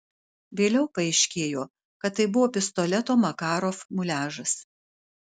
vėliau paaiškėjo kad tai buvo pistoleto makarov muliažas